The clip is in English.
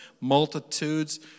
multitudes